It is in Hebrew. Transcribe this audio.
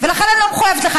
אני לא מחויבת לך,